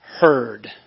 heard